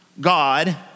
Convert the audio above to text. God